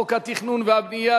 אתם בעצם תהיו השגרירים הבאים שלנו.